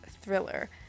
Thriller